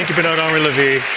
bernard-henri levy.